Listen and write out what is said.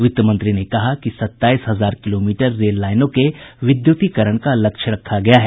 वित्त मंत्री ने कहा कि सत्ताईस हजार किलोमीटर रेल लाईनों के विद्युतीकरण का लक्ष्य रखा गया है